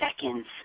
Seconds